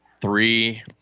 three